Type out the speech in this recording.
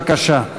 בבקשה.